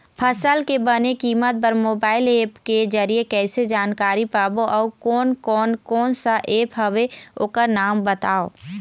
फसल के बने कीमत बर मोबाइल ऐप के जरिए कैसे जानकारी पाबो अउ कोन कौन कोन सा ऐप हवे ओकर नाम बताव?